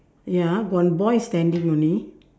ya one boy is standing only